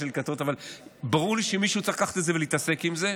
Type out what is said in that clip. אבל ברור לי שמישהו צריך לקחת את זה ולהתעסק עם זה,